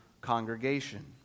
congregation